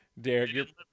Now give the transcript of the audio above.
Derek